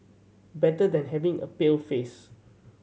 better than having a pale face